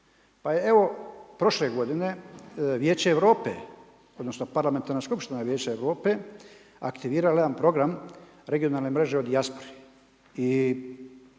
evo prošle godine Vijeće Europe odnosno Parlamentarna skupština Vijeća Europe aktivirala jedan program regionalne mreže o dijaspori.